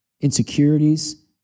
insecurities